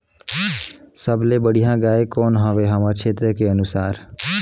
सबले बढ़िया गाय कौन हवे हमर क्षेत्र के अनुसार?